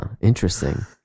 interesting